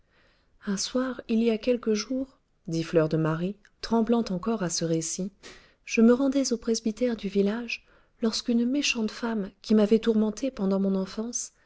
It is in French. un soir il y a quelques jours dit fleur de marie tremblant encore à ce récit je me rendais au presbytère du village lorsqu'une méchante femme qui m'avait tourmentée pendant mon enfance